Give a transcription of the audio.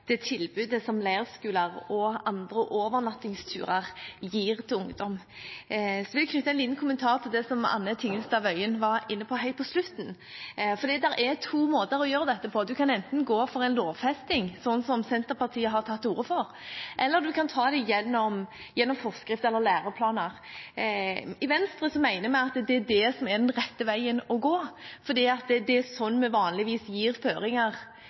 det tilbudet som leirskoler og andre overnattingsturer er for ungdom. Jeg vil knytte en liten kommentar til det som representanten Anne Tingelstad Wøien var inne på helt på slutten. Det er to måter å gjøre dette på: Man kan enten gå for en lovfesting, som Senterpartiet har tatt til orde for, eller man kan gjøre det gjennom forskrift eller læreplaner. I Venstre mener vi at det er den rette veien å gå, fordi det er sånn vi vanligvis gir føringer